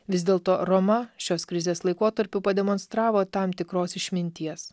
vis dėlto roma šios krizės laikotarpiu pademonstravo tam tikros išminties